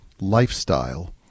lifestyle